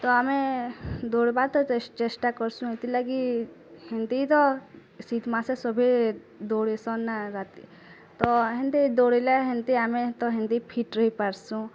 ତ ଆମେ ଦୌଡ଼ି ବା ତ ଚେଷ୍ଟା କର୍ସୁଁ ହେତି ଲାଗି୍ ହେନ୍ତି ତ ଶୀତ୍ ମାସେ ସଭେ ଦୌଡ଼ିସନ୍ ନା ରାତି ତ ହେନ୍ତି ଦୌଡ଼ିଲେ ହେନ୍ତି ଆମେ ତ ହେନ୍ତି ଫିଟ୍ ରହି ପାର୍ସୁଁ